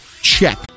check